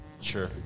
Sure